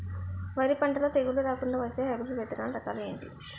వరి పంటలో తెగుళ్లు రాకుండ వచ్చే హైబ్రిడ్ విత్తనాలు రకాలు ఏంటి?